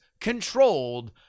controlled